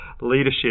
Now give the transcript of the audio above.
leadership